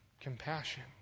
compassion